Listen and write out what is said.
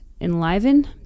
enliven